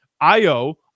Io